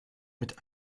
mit